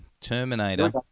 Terminator